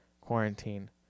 quarantine